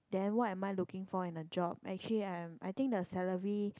then what am I looking for in a job actually I'm I think the salary